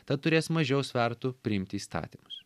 tad turės mažiau svertų priimti įstatymus